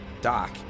Doc